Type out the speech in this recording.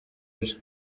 bye